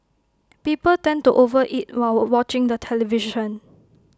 people tend to over eat while watching the television